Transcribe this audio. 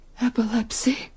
Epilepsy